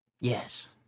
Yes